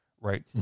right